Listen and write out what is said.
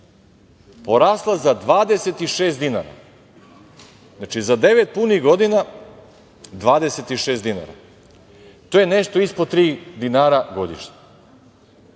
porasla za 26 dinara. Znači za devet punih godina 26 dinara. To je nešto ispod tri dinara godišnje.